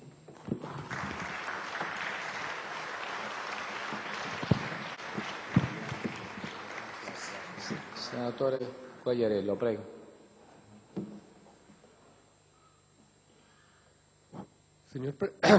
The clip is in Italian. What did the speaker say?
Signor Presidente, le agenzie qualche ora fa hanno battuto la notizia di una